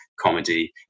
comedy